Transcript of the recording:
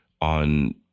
on